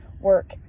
work